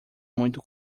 muito